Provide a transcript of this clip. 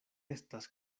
estas